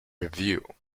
review